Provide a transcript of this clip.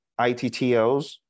ITTOs